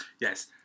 Yes